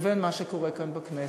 לבין מה שקורה כאן בכנסת,